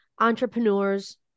entrepreneurs